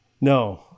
No